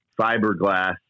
fiberglass